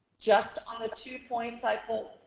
just on the two points i but